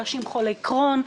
אנשים חולי קרוהן,